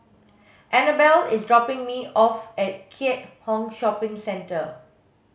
Anabel is dropping me off at Keat Hong Shopping Centre